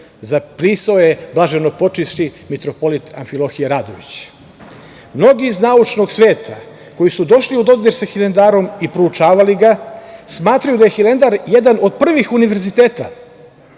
zapisao je blaženopočivši mitropolit Amfilohije Radović. Mnogi iz naučnog sveta koji su došli u dodir sa Hilandarom i proučavali ga, smatraju da je Hilandar jedan od prvih univerziteta,